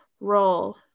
role